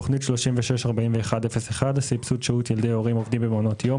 תוכנית 3641/01 סבסוד שהות ילדי הורים עובדים במעונות יום,